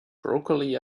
broccoli